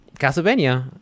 Castlevania